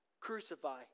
Crucify